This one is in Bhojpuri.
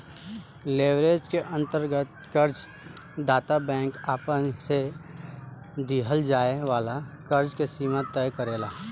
लेवरेज के अंतर्गत कर्ज दाता बैंक आपना से दीहल जाए वाला कर्ज के सीमा तय करेला